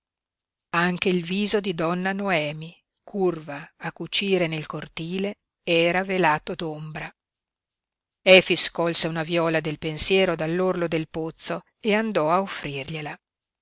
anche il viso di donna noemi curva a cucire nel cortile era velato d'ombra efix colse una viola del pensiero dall'orlo del pozzo e andò a offrirgliela ella